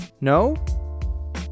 No